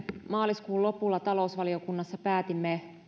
maaliskuun lopulla talousvaliokunnassa päätimme